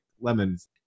lemons